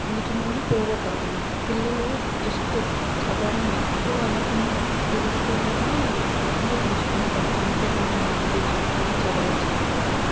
వీటిని కూడా పోగొట్టాలన్నమాట పిల్లలు జస్ట్ చదవడం కాకుండా వాళ్ళకి ఉన్న తెలివితేటలని ఉపయోగించుకుంటరు అంతేకాని మార్క్స్ తెచ్చుకుంటేనే చదువు వచ్చినట్టు కాదు